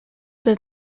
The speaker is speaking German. der